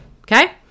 okay